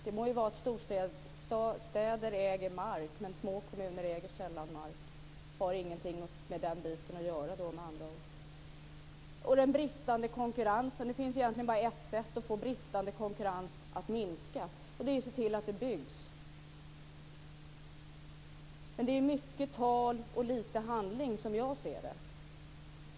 Det må vara att storstäder äger mark, men små kommuner äger sällan mark och har med andra ord ingenting med den biten att göra. Det finns egentligen bara ett sätt att få bristande konkurrens att minska, och det är att se till att det byggs. Men det är mycket tal och lite handling, som jag ser det.